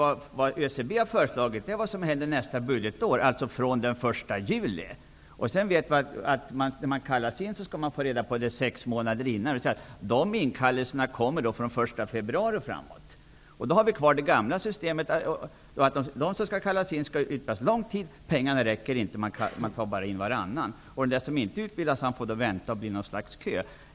ÖCB har kommit med förslag om vad som skall hända nästa budgetår, dvs. från den 1 juli. Man skall få reda på att man skall kallas in sex månader i förväg. Inkallelserna som gäller tiden efter den 1 juli kommer från den 1 februari och framåt. Då har vi kvar det gamla systemet. De som skall kallas in skall utbildas lång tid. Pengarna räcker inte, och därför kallar man bara in varannan. De som inte utbildas får bilda något slags kö.